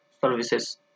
services